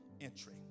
Entry